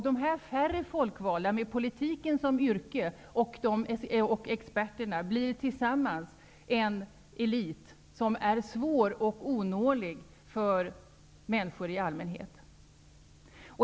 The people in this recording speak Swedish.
Dessa folkvalda, som har politiken som yrke, och experterna blir tillsammans en elit som är svår att nå för människor i allmänhet.